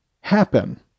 happen